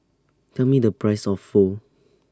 Tell Me The Price of Pho